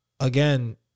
again